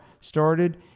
started